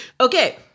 Okay